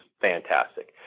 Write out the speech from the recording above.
fantastic